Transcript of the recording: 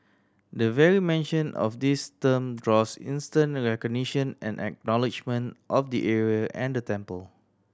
the very mention of this term draws instant recognition and acknowledgement of the area and the temple